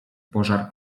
pożar